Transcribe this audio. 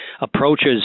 approaches